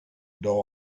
dawn